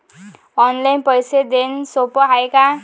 Online पैसे देण सोप हाय का?